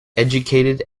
educated